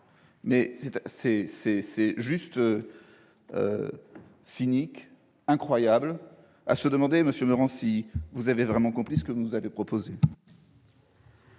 Soit c'est du cynisme, soit c'est à se demander, monsieur Meurant, si vous avez vraiment compris ce que vous nous avez proposé.